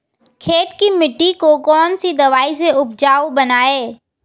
खेत की मिटी को कौन सी दवाई से उपजाऊ बनायें?